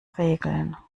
regeln